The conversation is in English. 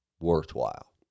worthwhile